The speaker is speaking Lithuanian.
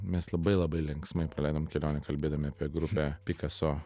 mes labai labai linksmai praleidom kelionę kalbėdami apie grupę pikaso